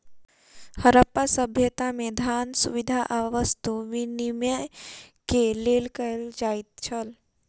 हरप्पा सभ्यता में, धान, सुविधा आ वस्तु विनिमय के लेल कयल जाइत छल